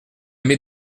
met